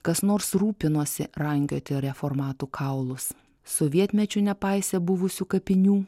kas nors rūpinosi rankioti reformatų kaulus sovietmečiu nepaisė buvusių kapinių